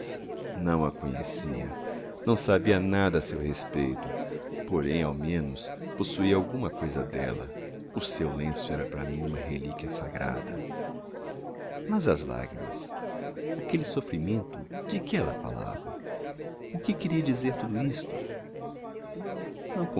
não a conhecia não sabia nada a seu respeito porém ao menos possuía alguma coisa dela o seu lenço era para mim uma relíquia sagrada mas as lágrimas aquele sofrimento de que ela falava o que queria dizer tudo isto não